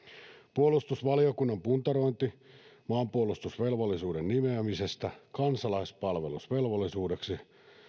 puolustusvaliokunnan puntarointi maanpuolustusvelvollisuuden nimeämisestä kansalaispalvelusvelvollisuudeksi